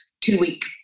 two-week